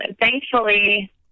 Thankfully